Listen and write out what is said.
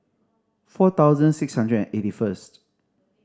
four thousand six hundred and eighty first